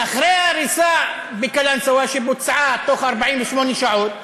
ואחרי הריסה בקלנסואה, שבוצעה תוך 48 שעות,